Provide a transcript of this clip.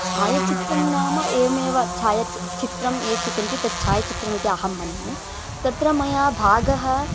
छायाचित्रं नाम एवमेव छायचि चित्रं ये स्वीकुर्वन्ति तत् छायाचित्रमिति अहं मन्ये तत्र मया भागः